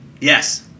Yes